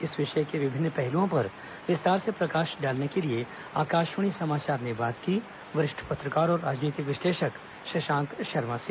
इस विषय के विभिन्न पहलुओं पर विस्तार से प्रकाश डालने के लिए आकाशवाणी समाचार ने बात की वरिष्ठ पत्रकार और राजनीतिक विश्लेषक शशांक शर्मा से